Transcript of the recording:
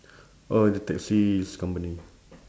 oh the taxis company